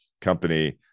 company